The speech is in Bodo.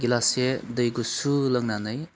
गिलाससे दै गुसु लोंनानै